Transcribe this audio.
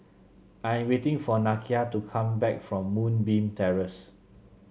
I'm waiting for Nakia to come back from Moonbeam Terrace